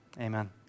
Amen